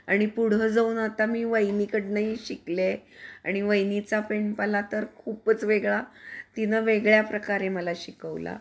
आणि पुढं जाऊन आता मी वहिनीकडूनही शिकले आणि वहिनीचा पेंडपाला तर खूपच वेगळा तिनं वेगळ्या प्रकारे मला शिकवला